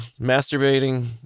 Masturbating